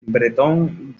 bretón